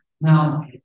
now